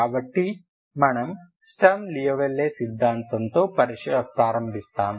కాబట్టి మనము Sturm Liouville సిద్ధాంతంతో ప్రారంభిస్తాము